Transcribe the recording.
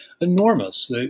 enormous